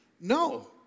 No